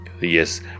Yes